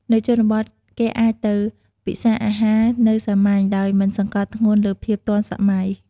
នៅជនបទគេអាចទៅពិសារអាហារនៅសាមញ្ញ ដោយមិនសង្កត់ធ្ងន់លើភាពទាន់សម័យ។